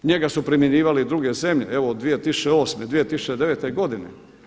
Njega su primjenjivale i druge zemlje, evo od 2008., 2009. godine.